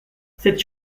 cette